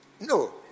no